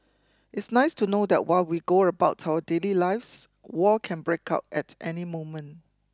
it's nice to know that while we go about our daily lives war can break out at any moment